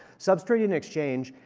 sub streaming and exchange,